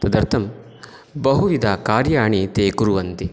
तदर्थं बहुविधकार्याणि ते कुर्वन्ति